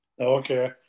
okay